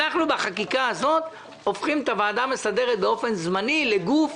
אנחנו בחקיקה הזאת הופכים את הוועדה המסדרת באופן זמני לגוף